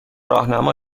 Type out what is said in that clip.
راهنما